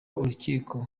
urukiko